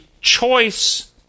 choice